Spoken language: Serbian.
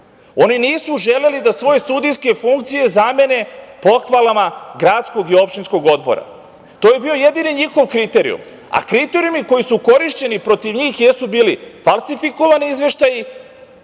Oni nisu želeli da svoje sudijske funkcije zamene pohvalama gradskog i opštinskog odbora. To je bio jedini njihov kriterijum. A kriterijumi koji su korišćeni protiv njih jesu bili falsifikovani izveštaji,